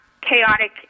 chaotic